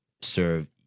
serve